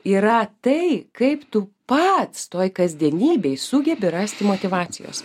yra tai kaip tu pats toj kasdienybėj sugebi rasti motyvacijos